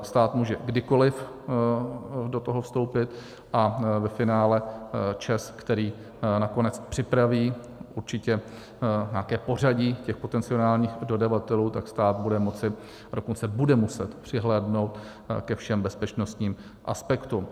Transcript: Stát může kdykoliv do toho vstoupit a ve finále ČEZ, který nakonec připraví určitě nějaké pořadí těch potenciálních dodavatelů, tak stát bude moci, a dokonce bude muset, přihlédnout ke všem bezpečnostním aspektům.